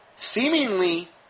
Seemingly